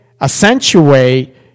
accentuate